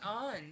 on